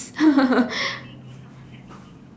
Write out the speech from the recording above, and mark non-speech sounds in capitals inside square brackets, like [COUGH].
[LAUGHS]